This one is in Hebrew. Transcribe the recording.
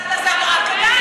אז בוא אתה, תעשה אותו רב קטן.